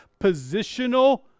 positional